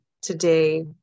today